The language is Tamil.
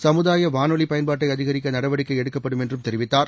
சமுதாய வானொலி பயன்பாட்டை அதிகரிக்க நடவடிக்கை எடுக்கப்படும் என்றும் தெரிவித்தார்